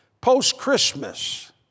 post-Christmas